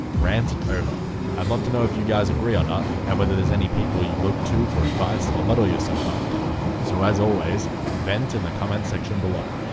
rant done. but i'd love to know if you guys agree or not and whether there's any people you look to for advice or model yourself after so as always vent in the comments section below!